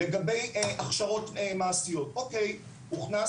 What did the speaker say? לגבי הכשרות מעשיות אוקי, הוכנס